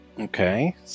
Okay